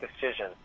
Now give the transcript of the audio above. decision